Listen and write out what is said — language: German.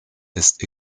ist